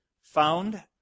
found